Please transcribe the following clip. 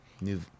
new